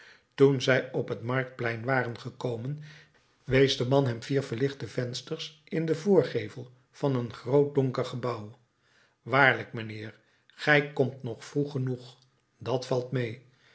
toen zij op het marktplein waren gekomen wees de man hem vier verlichte vensters in den voorgevel van een groot donker gebouw waarlijk mijnheer gij komt nog vroeg genoeg dat valt mee